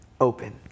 open